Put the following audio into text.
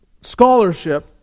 scholarship